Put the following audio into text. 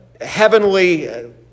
heavenly